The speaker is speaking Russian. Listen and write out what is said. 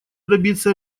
добиться